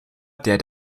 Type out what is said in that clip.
der